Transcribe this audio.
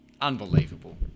unbelievable